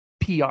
PR